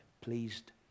pleased